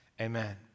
Amen